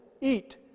eat